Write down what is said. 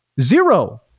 zero